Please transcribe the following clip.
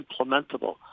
implementable